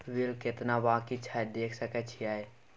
Bill केतना बाँकी छै देख सके छियै?